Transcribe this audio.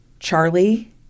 Charlie